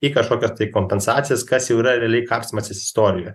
į kažkokias kompensacijas kas jau yra realiai kapstymasis istorijoj